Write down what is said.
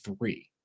three